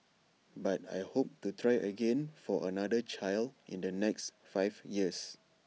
but I hope to try again for another child in the next five years